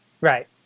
Right